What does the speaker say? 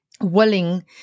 willing